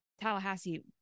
Tallahassee